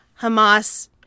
Hamas